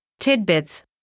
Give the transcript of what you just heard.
tidbits